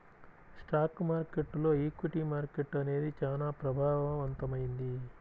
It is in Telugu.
స్టాక్ మార్కెట్టులో ఈక్విటీ మార్కెట్టు అనేది చానా ప్రభావవంతమైంది